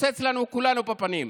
תתפוצץ לכולנו בפנים.